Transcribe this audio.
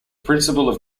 principles